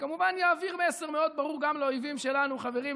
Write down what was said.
זה כמובן יעביר מסר מאוד ברור גם לאויבים שלנו: חברים,